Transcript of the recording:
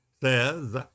says